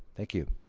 thank you.